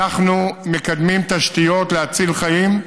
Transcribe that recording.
אנחנו מקדמים תשתיות להציל חיים,